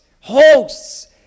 hosts